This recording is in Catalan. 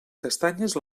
castanyes